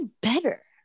better